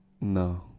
No